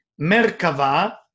merkava